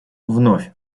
вновь